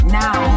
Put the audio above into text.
now